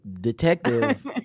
detective